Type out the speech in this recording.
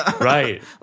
Right